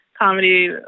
comedy